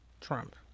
Trump